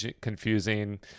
confusing